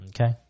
Okay